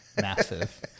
massive